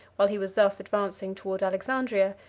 while he was thus advancing toward alexandria,